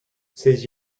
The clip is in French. ses